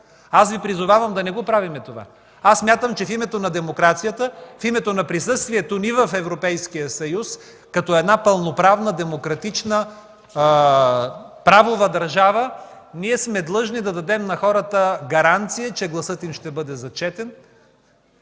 Аз Ви призовавам да не правим това! Аз смятам, че в името на демокрацията, в името на присъствието ни в Европейския съюз като едно пълноправна, демократична, правова държава ние сме длъжни да дадем на хората гаранция, че гласът им ще бъде зачетен.